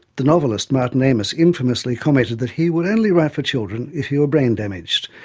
the novelist martin amis infamously commented that he would only write for children if he were brain-damaged,